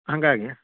ಹಾಗಾಗಿ